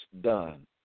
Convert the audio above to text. done